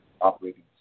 operating